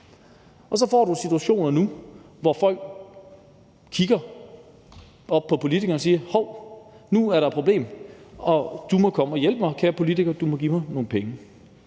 Så får du situationer nu, hvor folk kigger op på politikerne og siger: Hov, nu er der et problem, og du må komme og hjælpe mig, kære politiker, du må give mig nogle penge.